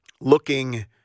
looking